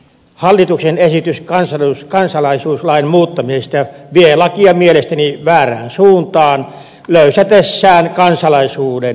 hallituksen esitys kansalaisuuslain muuttamisesta vie lakia mielestäni väärään suuntaan löysätessään kansalaisuuden ehtoja